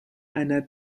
einer